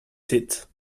seeds